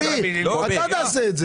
אתה תעשה את זה.